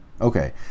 Okay